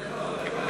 תתחיל.